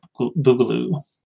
boogaloo